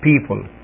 people